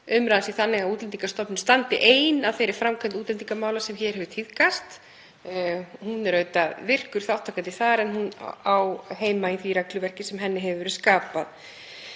umræðan sé þannig að Útlendingastofnun standi ein að þeirri framkvæmd útlendingamála sem hér hefur tíðkast. Hún er auðvitað virkur þátttakandi þar en hún á heima í því regluverki sem henni hefur verið skapað.